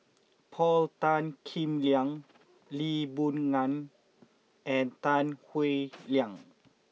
Paul Tan Kim Liang Lee Boon Ngan and Tan Howe Liang